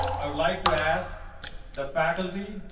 i would like to ask the faculty,